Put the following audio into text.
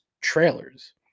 trailers